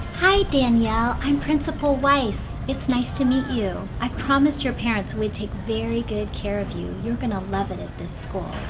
hi danielle. i'm principal weiss. it's nice to meet you. i promised your parents we'd take very good care of you. you're going to love it at this school.